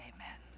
Amen